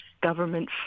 government